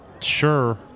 Sure